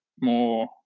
more